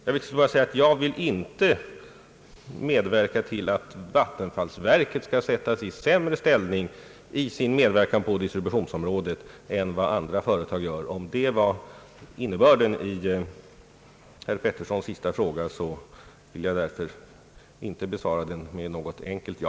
Jag vill inte medverka till att vattenfallsverket skall försättas i en sämre ställning i sin medverkan på distributionsområdet än andra företag. Om det var innebörden i herr Petterssons sista fråga, vill jag inte besvara den med ett enkelt ja.